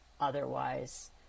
otherwise